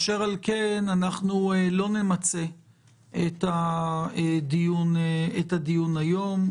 אשר על כן, לא נמצה את הדיון היום.